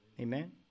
Amen